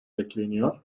bekleniyor